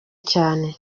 cyane